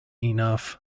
enough